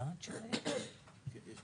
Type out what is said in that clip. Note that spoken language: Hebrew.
בית